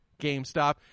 GameStop